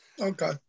Okay